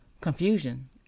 confusion